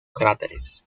cráteres